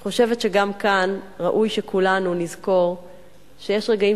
אני חושבת שגם כאן ראוי שכולנו נזכור שיש רגעים